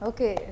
Okay